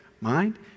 mind